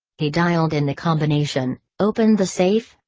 he dialed in the combination, opened the safe,